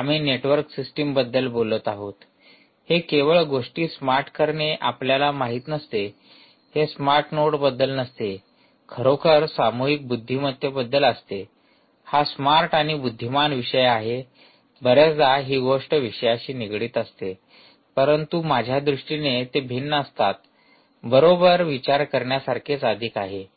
आम्ही नेटवर्क सिस्टमबद्दल बोलत आहोत हे केवळ गोष्टी स्मार्ट करणे आपल्याला माहित नसते हे स्मार्ट नोडबद्दल नसते खरोखर सामूहिक बुद्धिमत्तेबद्दल असते हा स्मार्ट आणि बुद्धिमान विषय आहे बर्याचदा ही गोष्ट विषयाशी निगडित असते परंतु माझ्या दृष्टीने ते भिन्न असतात बरोबर विचार करण्यासारखेच अधिक आहे